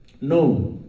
no